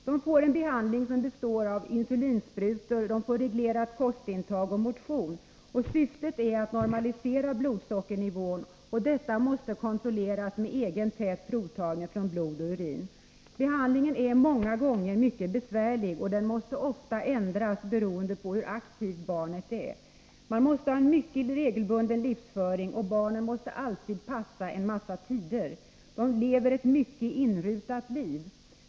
De får en behandling som består av insulinsprutor, reglerat kostintag och motion. Syftet är att normalisera blodsockernivån. Detta måste kontrolleras med egen tät provtagning från blod och urin. Behandlingen är många gånger mycket besvärlig, och den måste ofta ändras beroende på hur aktivt barnet är. Livsföringen måste vara mycket regelbunden, och barnen måste alltid passa en massa tider. De lever ett mycket inrutat liv.